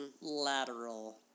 lateral